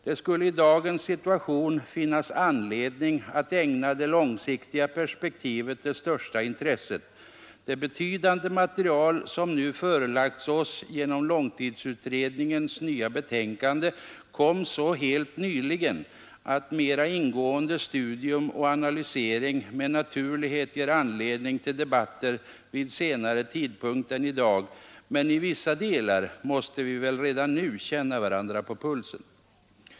Det skulle i dagens situation finnas anledning att ägna det långsiktiga perspektivet det största intresset. Det betydande material som nu förelagts oss genom långtidsutredningens nya betänkande kom så helt nyligen att mera ingående studium och analysering med naturlighet ger anledning till debatter vid senare tidpunkt än i dag, men i vissa delar måste vi väl redan nu känna varandra på pulsen.